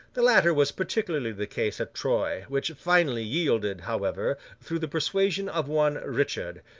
the latter was particularly the case at troyes, which finally yielded, however, through the persuasion of one richard,